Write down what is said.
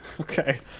okay